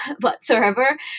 whatsoever